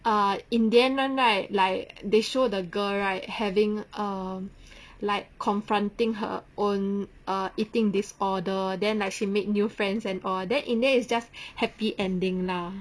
ah in the end [one] right like they show the girl right having um like confronting her own err eating disorder then like she made new friends and all then in the end is just happy ending now